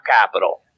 capital